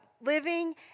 Living